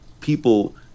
people